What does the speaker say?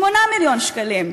8 מיליון שקלים,